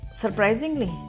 surprisingly